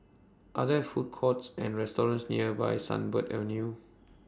Are There Food Courts and restaurants nearby Sunbird Avenue